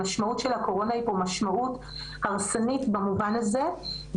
המשמעות של הקורונה היא משמעות הרסנית במובן הזה,